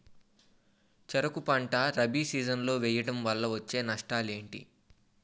చెరుకు పంట రబీ సీజన్ లో వేయటం వల్ల వచ్చే నష్టాలు ఏంటి?